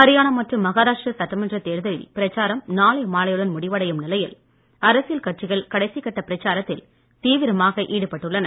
ஹரியானா மற்றும் மஹாராஷ்டிரா சட்டமன்றத் தேர்தலில் பிரச்சாரம் நாளை மாலையுடன் முடிவடையும் நிலையில் அரசியல் கட்சிகள் கடைசிக் கட்ட பிரச்சாராத்தில் தீவிரமாக ஈடுபட்டுள்ளன